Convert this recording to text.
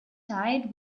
side